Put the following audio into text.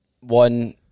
One